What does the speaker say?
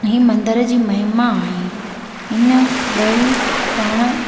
हीअ मंदर जी महिमा आहे हिन ॿई पाणि